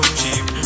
cheap